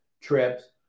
trips